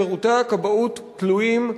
שירותי הכבאות תלויים,